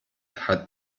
hat